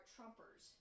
Trumpers